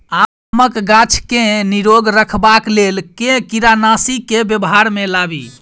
आमक गाछ केँ निरोग रखबाक लेल केँ कीड़ानासी केँ व्यवहार मे लाबी?